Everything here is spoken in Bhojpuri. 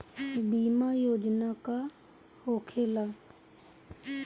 बीमा योजना का होखे ला?